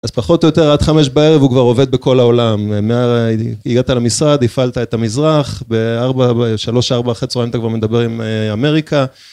אז פחות או יותר עד חמש בערב הוא כבר עובד בכל העולם, הגעת למשרד הפעלת את המזרח בשלוש ארבעה אחרי הצהריים אתה כבר מדבר עם אמריקה